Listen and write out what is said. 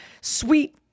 sweet